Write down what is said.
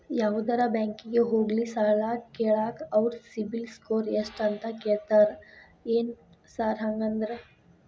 ಯಾವದರಾ ಬ್ಯಾಂಕಿಗೆ ಹೋಗ್ಲಿ ಸಾಲ ಕೇಳಾಕ ಅವ್ರ್ ಸಿಬಿಲ್ ಸ್ಕೋರ್ ಎಷ್ಟ ಅಂತಾ ಕೇಳ್ತಾರ ಏನ್ ಸಾರ್ ಹಂಗಂದ್ರ?